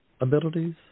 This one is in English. abilities